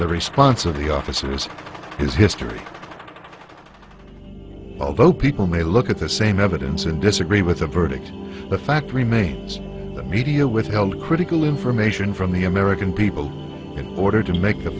the response of the officers is history although people may look at the same evidence and disagree with the verdict the fact remains the media withheld critical information from the american people in order to make